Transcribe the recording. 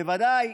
בוודאי